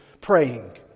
praying